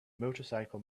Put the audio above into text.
motorcycle